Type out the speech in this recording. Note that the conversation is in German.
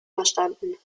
verstanden